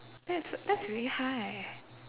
that's that's really high